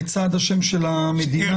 לצד השם של המדינה,